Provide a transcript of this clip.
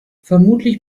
vermutlich